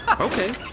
Okay